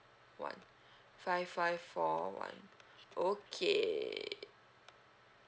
one five five four one okay